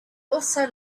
also